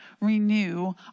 renew